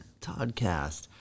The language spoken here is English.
Toddcast